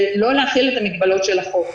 לא להחיל את המגבלות של החוק.